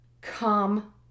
Come